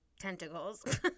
tentacles